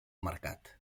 mercat